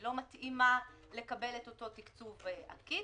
לא מתאימה לקבל את אותו תקצוב עקיף.